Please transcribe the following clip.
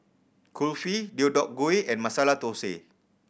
Kulfi Deodeok Gui and Masala Dosa